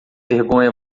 vergonha